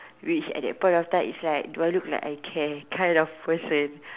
which at the point of time is like do I look like I care kind of person